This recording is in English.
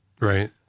Right